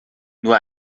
nur